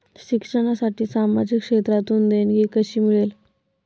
शिक्षणासाठी सामाजिक क्षेत्रातून देणगी कशी मिळेल?